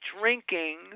drinking